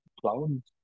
clouds